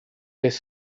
beth